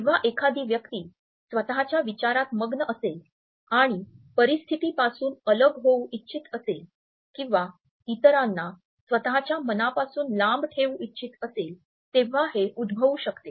जेव्हा एखादी व्यक्ती स्वतच्या विचारात मग्न असेल आणि परिस्थितीपासून अलग होऊ इच्छित असेल किंवा इतरांना स्वतच्या मनापासून लांब ठेवू इच्छित असेल तेव्हा हे उद्भवू शकते